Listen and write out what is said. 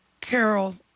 Carol